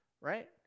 Right